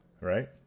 right